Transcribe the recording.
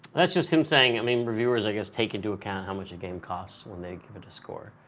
that's just him saying, i mean reviewers, i guess, take into account how much a game costs when they give it a score.